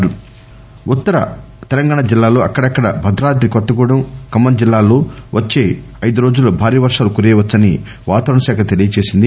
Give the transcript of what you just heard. you N I వాతావరణం ఉత్తర తెలంగాణ జిల్లాల్లో అక్కడక్కడ భద్రాద్రి కొత్తగూడెం ఖమ్మం జిల్లాల్లో వచ్చే ఐదు రోజుల్లో భారీ వర్షాలు కురియవచ్చని వాతావరణ శాఖ తెలియజేసింది